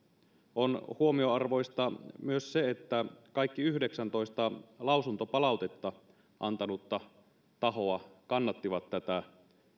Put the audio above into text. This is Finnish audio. on huomionarvoista myös se että kaikki yhdeksäntoista lausuntopalautetta antanutta tahoa kannattivat tätä